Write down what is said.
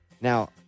Now